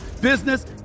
business